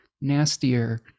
nastier